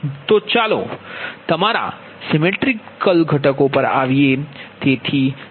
તો ચાલો તમારા symmetrical components સિમેટ્રિકલ ઘટકો પર આવીએ